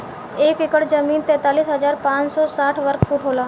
एक एकड़ जमीन तैंतालीस हजार पांच सौ साठ वर्ग फुट होला